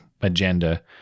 agenda